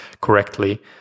correctly